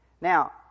Now